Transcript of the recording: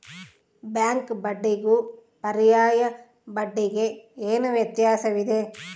Bank ಬಡ್ಡಿಗೂ ಪರ್ಯಾಯ ಬಡ್ಡಿಗೆ ಏನು ವ್ಯತ್ಯಾಸವಿದೆ?